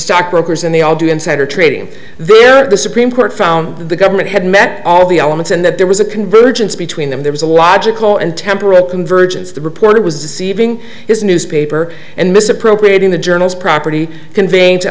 stock brokers and they all do insider trading there at the supreme court found that the government had met all the elements and that there was a convergence between them there was a logical and temporal convergence the reporter was deceiving his newspaper and misappropriating the journal's property convey